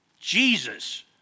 Jesus